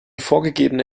vorgegebene